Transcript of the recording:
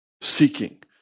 seeking